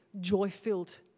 joy-filled